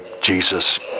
Jesus